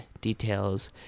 details